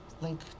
link